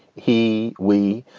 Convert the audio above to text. he. we.